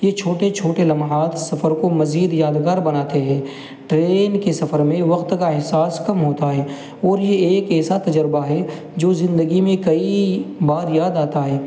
یہ چھوٹے چھوٹے لمحات سفر کو مزید یادگار بناتے ہیں ٹرین کے سفر میں وقت کا احساس کم ہوتا ہے اور یہ ایک ایسا تجربہ ہے جو زندگی میں کئی بار یاد آتا ہے